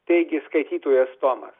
teigė skaitytojas tomas